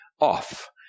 off